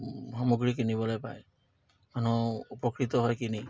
সামগ্ৰী কিনিবলে পায় মানুহ উপকৃত হয় কিনি